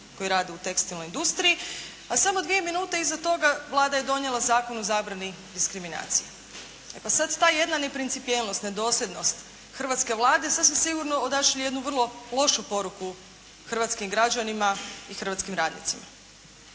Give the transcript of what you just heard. koji rade u tekstilnoj industriji, a samo dvije minute iza toga Vlada je donijela Zakon o zabrani diskriminacije. E pa sad ta jedna neprincipijelnost, nedosljednost hrvatske Vlade sasvim sigurno odašilje jednu vrlo lošu poruku hrvatskim građanima i hrvatskim radnicima.